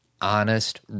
honest